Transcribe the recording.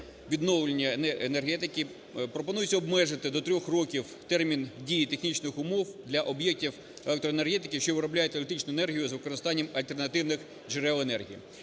відновлюваної енергетики пропонується обмежити до трьох років термін дії технічних умов для об'єктів електроенергетики, що виробляють електричну енергію з використанням альтернативних джерел енергії.